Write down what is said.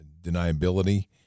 deniability